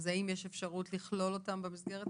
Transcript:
האם יש אפשרות לכלול אותם במסגרת הזאת?